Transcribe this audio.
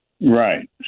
Right